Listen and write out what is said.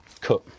cut